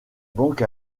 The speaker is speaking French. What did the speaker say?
banques